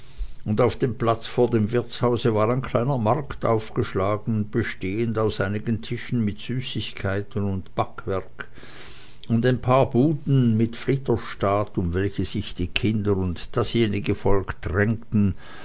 und auf dem platz vor dem wirtshause war ein kleiner markt aufgeschlagen bestehend aus einigen tischen mit süßigkeiten und backwerk und ein paar buden mit flitterstaat um welche sich die kinder und dasjenige volk drängten